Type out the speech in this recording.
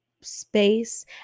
space